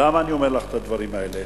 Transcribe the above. למה אני אומר לך את הדברים האלה?